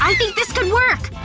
um think this could work!